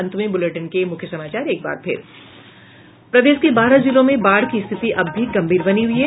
और अब अंत में मुख्य समाचार प्रदेश के बारह जिलों में बाढ़ की स्थिति अब भी गंभीर बनी हुई है